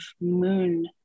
moon